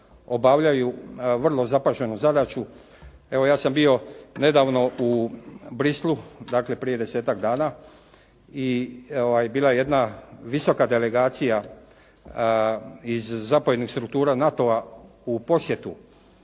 obavljaju vrlo zapaženu zadaću. Evo, ja sam bio nedavno u Bruxellesu. Dakle, prije desetak dana i bila je jedna visoka delegacija iz zapovjednih struktura NATO-a u posjetu